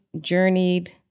journeyed